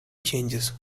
changes